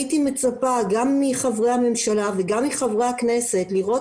הייתי מצפה גם מחברי הממשלה וגם מחברי הכנסת לראות